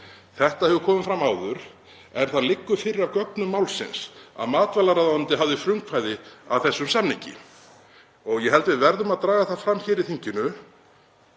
Þetta hefur komið fram áður, en það liggur fyrir í gögnum málsins að matvælaráðuneytið hafði frumkvæði að þessum samningi. Ég held að við verðum að draga það fram hér í þinginu